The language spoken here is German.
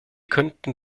könnten